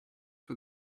for